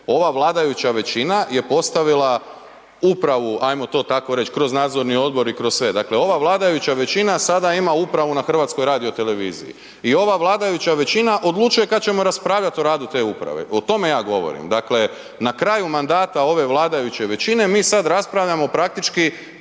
ova vladajuća većina je postavila upravu hajmo to tako reći kroz nadzorni odbor i kroz sve. Dakle ova vladajuća većina sada ima upravu na Hrvatskoj radioteleviziji i ova vladajuća većina odlučuje kada ćemo raspravljati o radu te uprave o tome ja govorim. Dakle na kraju mandata ove vladajuće većine mi sada raspravljamo praktički